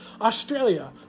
australia